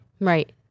Right